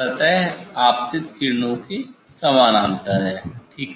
सतह आपतित किरणों के समानांतर है ठीक है